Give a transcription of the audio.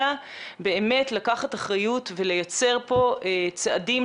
אלא באמת לקחת אחריות ולייצר פה צעדים,